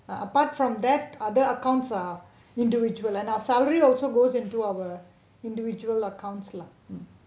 ah apart from that other accounts are individual and our salary also goes into our individual accounts lah